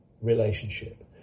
relationship